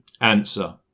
Answer